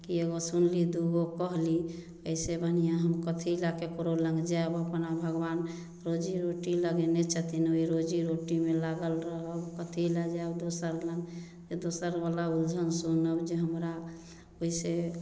एगो सुनली दूगो कहली एसे बढ़िऑं हम कथी लए केकरो लग जायब अपना भगबान रोजी रोटी लगेने छथिन ओही रोजी रोटीमे लागल रहब कथी लए जायब दोसर लग दोसर बला उलझन सुनब जे हमरा ओहिसॅं